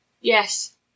Yes